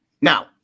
now